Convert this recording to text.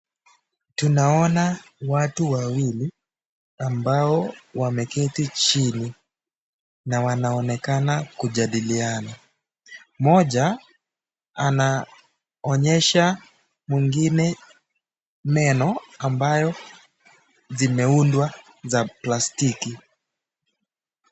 Tunaona watu wawili ambao wameketi chini na wanaonekana kujadiliana. Moja anaonyesha mwengine meno ambayo zimeundwa za plastiki.